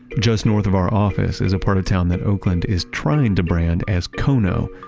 just north of our office is a part of town that oakland is trying to brand as kono,